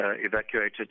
evacuated